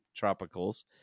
Tropicals